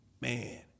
man